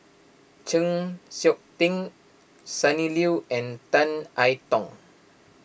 Chng Seok Tin Sonny Liew and Tan I Tong